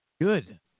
Good